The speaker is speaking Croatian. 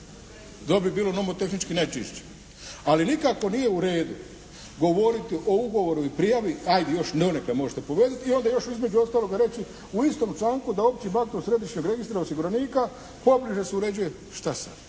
to bi bilo nomotehnički najčišće. Ali nikako nije u redu govoriti o ugovoru i prijavi a još donekle možete …/Govornik se ne razumije./… i onda još između ostaloga reći u istom članku da općim aktom središnjeg registra osiguranika …/Govornik se ne razumije./… se